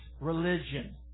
Religion